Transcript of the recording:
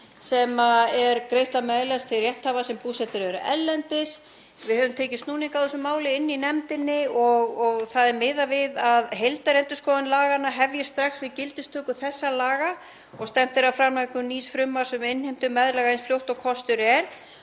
um greiðslu meðlags til rétthafa sem búsettir eru erlendis. Við höfum tekið snúning á þessu máli í nefndinni og það er miðað við að heildarendurskoðun laganna hefjist strax við gildistöku þessara laga og stefnt er að framlagningu nýs frumvarps um innheimtu meðlaga eins fljótt og kostur er.